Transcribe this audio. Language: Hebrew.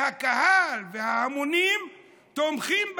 והקהל וההמונים תומכים בהם,